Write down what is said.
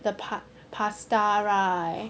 the pa~ pasta right